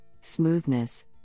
smoothness